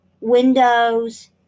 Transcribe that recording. windows